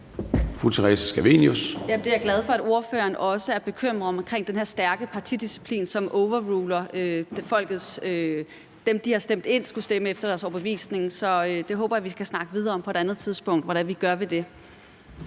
er jeg glad for ordføreren også er bekymret for, altså den her stærke partidisciplin, som overruler dem, folket har stemt ind skulle stemme efter deres overbevisning. Det håber jeg vi kan snakke videre om på et andet tidspunkt hvad vi gør ved.